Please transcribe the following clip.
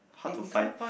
hard to find